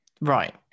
right